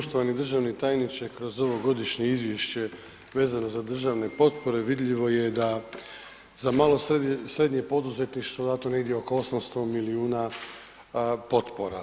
Poštovani državni tajniče, kroz ovo godišnje izvješće vezano za državne potpore, vidljivo je da za malo i srednje poduzetništvo je dato negdje oko 800 milijuna potpora.